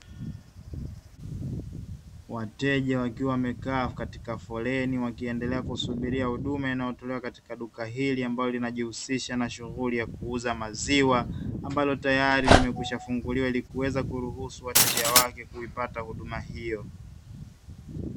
Wateja wakiwa wamekaa katika foleni wakiendelea kusubiria huduma inayotolewa katika duka hili, ambalo linajihusisha na shughuli ya kuuza maziwa, ambalo tayari limekwisha funguliwa ili kuweza kuruhusu wateja wake kuipata huduma hiyo.